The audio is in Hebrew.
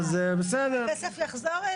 הכסף יחזור אליו.